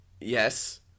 Yes